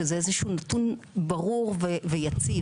שזה איזה שהוא נתון ברור ויציב.